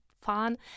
fun